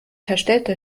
verstellter